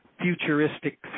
futuristic